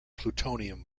plutonium